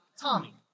Tommy